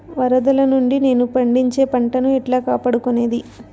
వరదలు నుండి నేను పండించే పంట ను ఎట్లా కాపాడుకునేది?